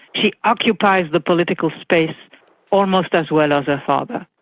she occupies the political space almost as well as her father.